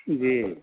जी